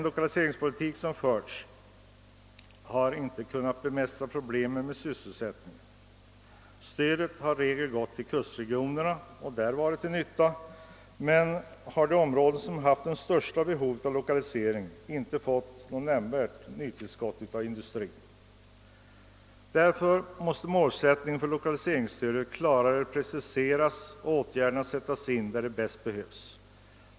Lokaliseringspolitiken har inte kunnat bemästra sysselsättningsproblemen. Stödet har i regel gått till kustregionerna och där varit till nytta, men de områ den som haft största behovet av lokalisering har inte fått något nämnvärt nytillskott av industri. Därför måste lokaliseringsstödets målsättning klarare preciseras och åtgärderna sättas in där de bäst behövs.